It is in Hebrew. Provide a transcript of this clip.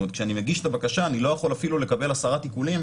זאת אומרת כשאני מגיש את הבקשה אני לא יכול אפילו לקבל הסרת עיקולים